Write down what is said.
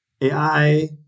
AI